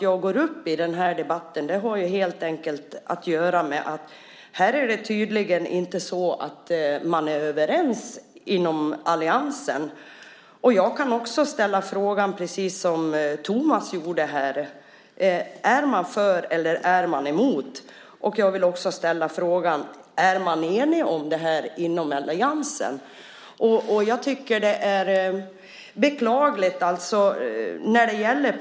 Jag går upp i debatten här helt enkelt på grund av att man tydligen inte är överens om detta inom alliansen. Jag kan ställa samma fråga som Thomas gjorde här. Är man för eller är man emot? Jag vill också ställa frågan: Är man enig om detta inom alliansen? Jag tycker att det här är beklagligt.